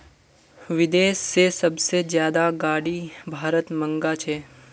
विदेश से सबसे ज्यादा गाडी भारत मंगा छे